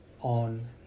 on